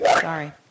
Sorry